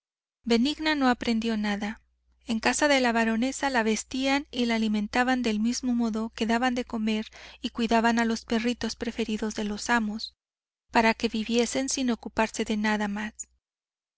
benigna no aprendió nada en casa de la baronesa la vestían y la alimentaban del mismo modo que daban de comer y cuidaban a los perritos preferidos de los amos para que viviesen sin ocuparse de nada más